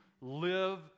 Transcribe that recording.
live